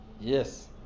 Yes